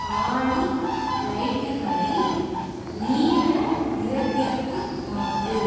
ஆலி லைட்டுகளை நீல நிறத்திற்கு மாற்று